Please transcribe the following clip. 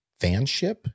fanship